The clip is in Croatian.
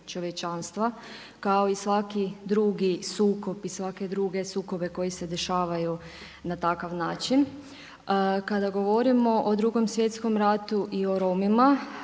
čovječanstva kao i svaki drugi sukob i svake druge sukobe koji se dešavaju na takav način. Kada govorimo o Drugom svjetskom ratu i o Romima